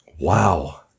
Wow